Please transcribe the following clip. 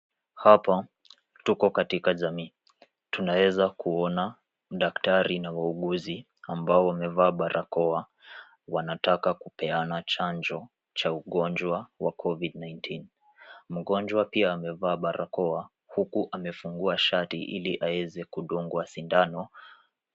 Hapa tuko katika jamii. Tunaweza kuona daktari na wauguzi ambao wamevaa barakoa wanataka kupeana chanjo cha ugonjwa wa covid nineteen. Mgonjwa pia amevaa barakoa huku amefungua shati ili aweze kudungwa sindano.